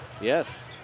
Yes